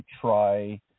try